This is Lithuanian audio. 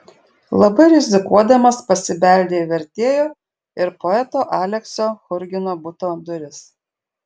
labai rizikuodamos pasibeldė į vertėjo ir poeto aleksio churgino buto duris